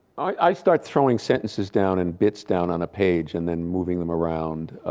i start throwing sentences down and bits down on a page and then moving them around.